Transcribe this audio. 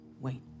Wait